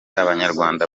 abanyarwanda